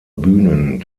bühnen